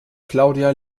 claudia